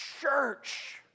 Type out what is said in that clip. church